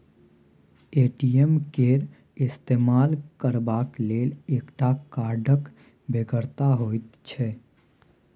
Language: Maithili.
ए.टी.एम केर इस्तेमाल करबाक लेल एकटा कार्डक बेगरता होइत छै